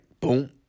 boom